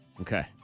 Okay